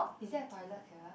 is there a toilet here